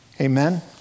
Amen